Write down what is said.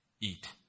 eat